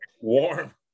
warm